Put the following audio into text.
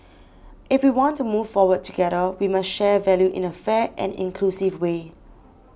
if we want to move forward together we must share value in a fair and inclusive way